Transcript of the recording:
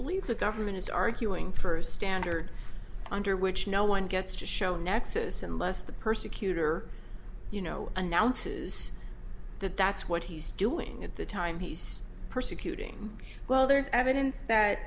believe the government is arguing for a standard under which no one gets to show a nexus unless the persecutor you know the announces that that's what he's doing at the time he's persecuting well there's evidence that